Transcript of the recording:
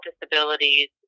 disabilities